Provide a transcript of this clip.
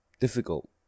difficult